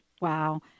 wow